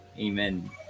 Amen